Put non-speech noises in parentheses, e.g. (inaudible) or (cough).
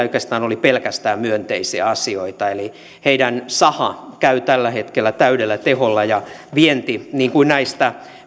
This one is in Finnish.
(unintelligible) oikeastaan oli pelkästään myönteisiä asioita eli heidän sahansa käy tällä hetkellä täydellä teholla ja vienti niin kuin näistä